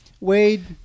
Wade